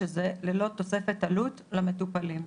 שזה ללא תוספת עלות למטופלים,